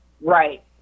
Right